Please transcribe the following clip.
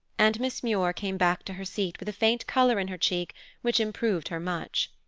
and miss muir came back to her seat with a faint color in her cheek which improved her much.